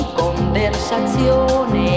conversazione